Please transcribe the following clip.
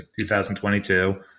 2022